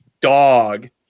dog